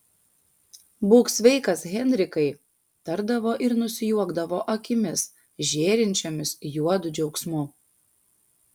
būk sveikas henrikai tardavo ir nusijuokdavo akimis žėrinčiomis juodu džiaugsmu